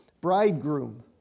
bridegroom